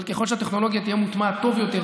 אבל ככל שהטכנולוגיה תהיה מוטמעת טוב יותר,